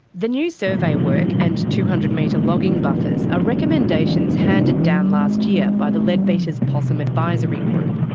the new survey work and two hundred metre logging buffers are recommendations handed down last year by the leadbeater's possum advisory group.